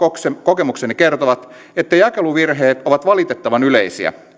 kokemukseni kertovat että jakeluvirheet ovat valitettavan yleisiä